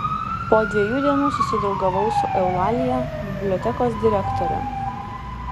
po dviejų dienų susidraugavau su eulalija bibliotekos direktore